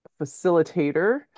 facilitator